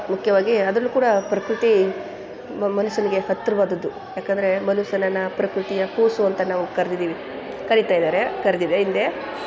ಮುಖ್ಯವಾಗಿ ಅದರಲ್ಲು ಕೂಡ ಪ್ರಕೃತಿ ಮನುಷ್ಯನಿಗೆ ಹತ್ತಿರವಾದದ್ದು ಯಾಕಂದರೆ ಮನುಷ್ಯನನ್ನ ಪ್ರಕೃತಿಯ ಕೂಸು ಅಂತ ನಾವು ಕರೆದಿದ್ದೀವಿ ಕರಿತಾ ಇದ್ದಾರೆ ಕರೆದಿದೆ ಹಿಂದೆ